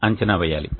అంచనా వేయాలి